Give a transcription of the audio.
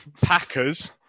Packers